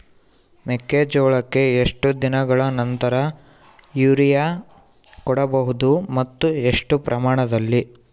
ಮೆಕ್ಕೆಜೋಳಕ್ಕೆ ಎಷ್ಟು ದಿನಗಳ ನಂತರ ಯೂರಿಯಾ ಕೊಡಬಹುದು ಮತ್ತು ಎಷ್ಟು ಪ್ರಮಾಣದಲ್ಲಿ?